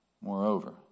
Moreover